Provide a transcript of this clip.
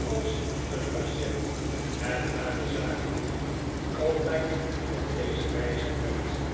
als een patient hem naar de zaak vroeg altijd op deze wijze uit